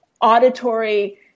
auditory